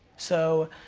so,